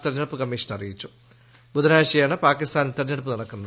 തിരഞ്ഞെടുപ്പ് കമ്മീഷൻ ബുധനാഴ്ചയാണ് പാകിസ്ഥാനിൽ തിരഞ്ഞെടുപ്പ് നടക്കുന്നത്